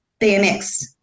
BMX